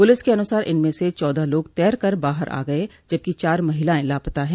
police के अनुसार इनमें से चौदह लोग तैर कर बाहर आ गये जबकि चार महिलाएं लापता है